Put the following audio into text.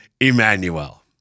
Emmanuel